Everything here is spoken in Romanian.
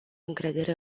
încredere